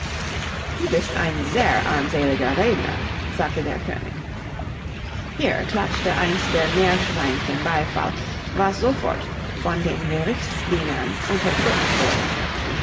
du bist ein sehr armseliger redner sagte der könig hier klatschte eins der meerschweinchen beifall was sofort von den gerichtsdienern unterdrückt wurde